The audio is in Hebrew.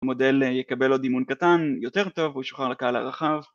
המודל יקבל עוד אימון קטן יותר טוב וישוחרר לקהל הרחב